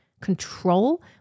control